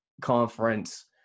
conference